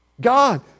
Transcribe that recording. God